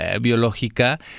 biológica